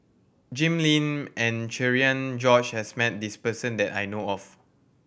Jim Lim and Cherian George has met this person that I know of